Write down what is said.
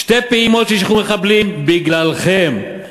שתי פעימות ששחררו מחבלים, בגללכם.